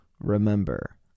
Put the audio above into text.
remember